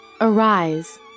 Arise